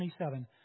27